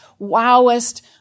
wowest